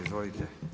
Izvolite.